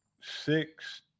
six